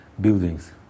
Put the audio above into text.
buildings